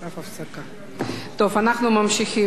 טוב, אנחנו ממשיכים בסדר-היום.